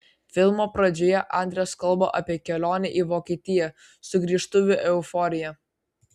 filmo pradžioje andres kalba apie kelionę į vokietiją sugrįžtuvių euforiją